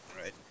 right